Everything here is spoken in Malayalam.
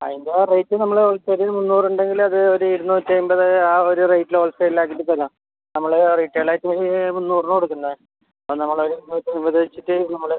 അതിൻ്റെ റേറ്റ് നമ്മൾ ഒരു മൂന്നൂറുണ്ടെങ്കിൽ അത് ഒരു ഇരുനൂറ്റമ്പത് ആ ഒരു റേറ്റിൽ ഹോൾസെയിൽ ആക്കിയിട്ട് തരാം നമ്മൾ റീട്ടെയിൽ ആയിട്ട് മുന്നൂറിന് കൊടുക്കുന്നത് ആ നമ്മളത് വെച്ചിട്ട് നമ്മൾ